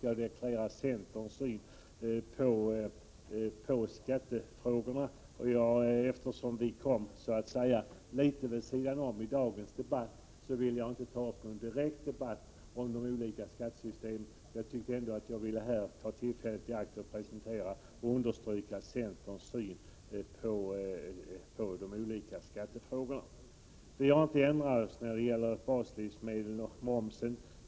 Jag deklarerade centerns syn på skattefrågorna. Eftersom vi kom litet vid sidan om i dagens debatt ville jag inte ta upp någon direkt debatt om de olika skattesystemen. Jag tog ändå tillfället i akt att presentera och understryka centerns syn på de olika skattefrågorna. Vi har inte ändrat oss när det gäller frågan om moms på baslivsmedel.